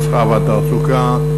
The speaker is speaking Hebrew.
המסחר והתעסוקה,